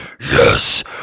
yes